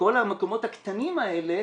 כל המקומות הקטנים האלה,